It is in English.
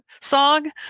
song